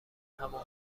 همون